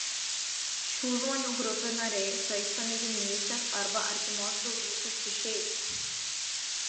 šių žmonių grupių nariai saistomi giminystės arba artimos draugystės ryšiais